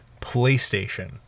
PlayStation